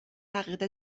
عقیده